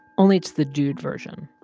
only it's the dude version.